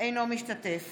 אינו משתתף